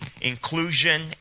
inclusion